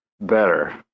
better